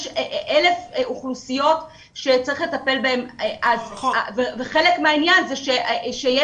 יש אוכלוסיות רבות שצריך לטפל בהן וחלק מהעניין זה שיש